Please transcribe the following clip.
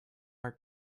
our